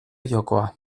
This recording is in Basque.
jokoa